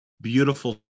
beautiful